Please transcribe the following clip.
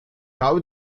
habe